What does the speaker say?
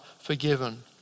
forgiven